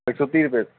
ਇੱਕ ਸੌ ਤੀਹ ਰੁਪਏ